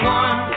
one